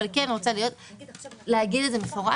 אבל אני רוצה להגיד את זה במפורש,